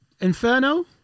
Inferno